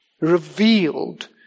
revealed